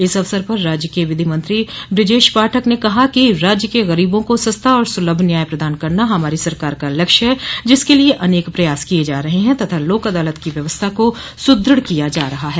इस अवसर पर राज्य के विधि मंत्री बृजेश पाठक ने कहा कि राज्य के गरीबों को सस्ता और सुलभ न्याय प्रदान करना हमारी सरकार का लक्ष्य है जिसके लिए अनेक पयास किये जा रहे हैं तथा लोक अदालत की व्यवस्था को सुदृढ़ किया जा रहा है